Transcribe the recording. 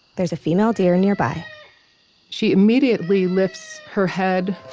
there's a female deer nearby she immediately lifts her head.